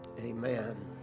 Amen